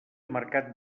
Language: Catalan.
mercat